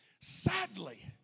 Sadly